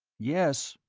yes.